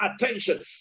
attention